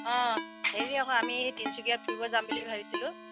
অঁ হেৰি আকৌ আমি এই তিনচুকীয়াত ফুৰিব যাম বুলি ভাবিছিলোঁ